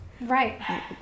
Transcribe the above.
Right